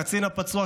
הקצין הפצוע,